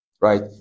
right